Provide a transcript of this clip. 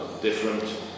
different